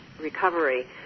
recovery